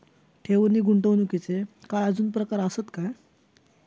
ठेव नी गुंतवणूकचे काय आजुन प्रकार आसत काय?